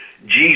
Jesus